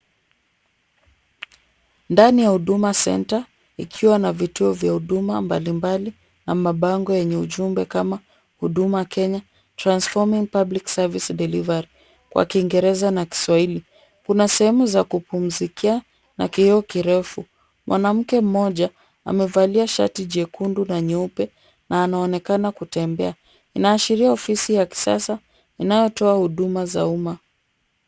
Ndani ya Huduma Centre ikiwa na vituo vya huduma mbalimbali ama bango yenye ujumbe kama Huduma Kenya [cs}transforming public service delivery kwa kiingereza na kiswahili. Kuna sehemu za kupumzikia na kioo kirefu. Mwanamke mmoja amevalia shati jekundu na nyeupe na anaonekana kutembea. Inaashiria ofisi ya kisasa inayotoa huduma za umma.